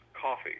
Coffee